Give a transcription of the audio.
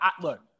look